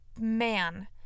man